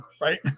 right